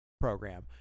program